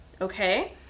okay